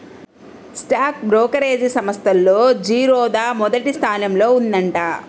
stock brokerage సంస్థల్లో జిరోదా మొదటి స్థానంలో ఉందంట